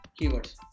keywords